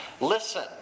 listen